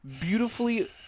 beautifully